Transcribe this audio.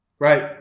Right